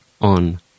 on